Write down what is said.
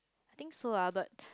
I think so lah but